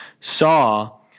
saw